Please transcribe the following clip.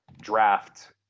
draft –